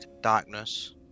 Darkness